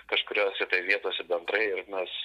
kažkuriose tai vietose bendrai ir mes